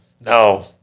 no